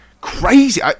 crazy